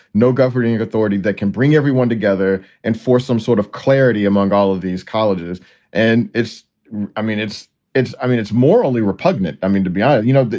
no governing authority that can bring everyone together and force some sort of clarity among all of these colleges and it's i mean, it's it's i mean, it's morally repugnant. i mean, to be on it, you know,